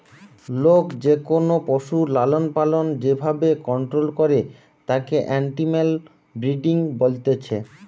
লোক যেকোনো পশুর লালনপালন যে ভাবে কন্টোল করে তাকে এনিম্যাল ব্রিডিং বলছে